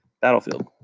battlefield